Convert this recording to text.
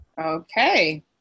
Okay